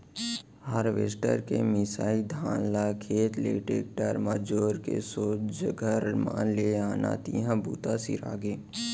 harvester के मिंसाए धान ल खेत ले टेक्टर म जोर के सोझ घर म ले आन तिहॉं बूता सिरागे